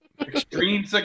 Extreme